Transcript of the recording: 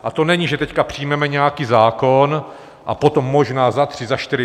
A to není, že teď přijmeme nějaký zákon a potom možná za tři, za čtyři...